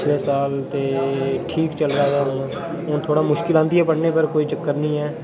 पिछले साल ते ठीक चलै दा हून थोह्ड़ी मुश्कल औंदी ऐ पढ़ने पर कोई चक्कर नि ऐ